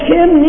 Kim